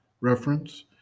Reference